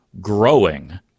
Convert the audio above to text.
growing